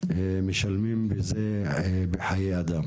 משלמים בחיי אדם.